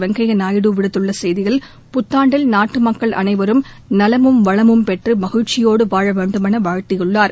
வெங்கய்யா நாயுடு விடுத்துள்ள செய்தியில் புத்தாண்டில் நாட்டு மக்கள் அனைவரும் நலமும் வளமும் பெற்று மகிழ்ச்சியோடு வாழ வேண்டுமென வாழ்த்தியுள்ளார்